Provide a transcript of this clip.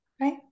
right